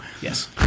Yes